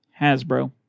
Hasbro